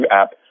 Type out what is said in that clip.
app